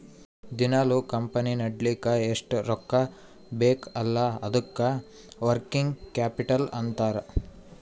ದಿನಾಲೂ ಕಂಪನಿ ನಡಿಲ್ಲಕ್ ಎಷ್ಟ ರೊಕ್ಕಾ ಬೇಕ್ ಅಲ್ಲಾ ಅದ್ದುಕ ವರ್ಕಿಂಗ್ ಕ್ಯಾಪಿಟಲ್ ಅಂತಾರ್